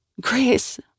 Grace